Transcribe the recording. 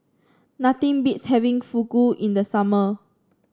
nothing beats having Fugu in the summer